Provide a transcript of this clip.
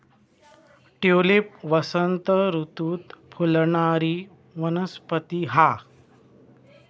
tulip वसंत ऋतूत फुलणारी वनस्पती हा